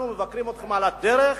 אנחנו מבקרים אתכם על הדרך,